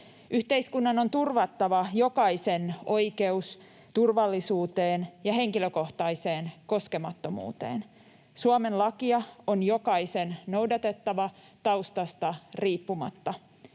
Yhteiskunnan on turvattava jokaisen oikeus turvallisuuteen ja henkilökohtaiseen koskemattomuuteen. Suomen lakia on jokaisen noudatettava taustasta riippumatta.